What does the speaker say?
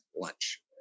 lunch